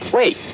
Wait